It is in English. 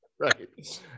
right